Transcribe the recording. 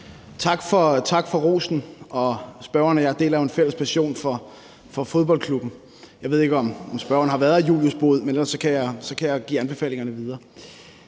Tak for rosen; spørgeren og jeg deler jo en fælles passion for fodboldklubben. Jeg ved ikke, om spørgeren har været i Julius' bod, men ellers kan jeg give anbefalingerne videre.